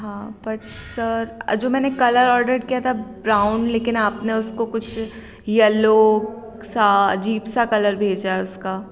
हाँ but sir आ जो मैंने कलर ऑर्डर किया था ब्राउन लेकिन आपने उसको कुछ येल्लो सा अजीब सा कलर भेजा है उसका